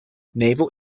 naval